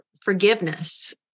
forgiveness